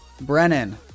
Brennan